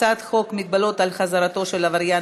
הצעת חוק מגבלות על חזרתו של עבריין